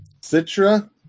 Citra